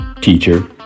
teacher